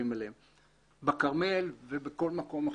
בכרמל ובכל מקום אחר.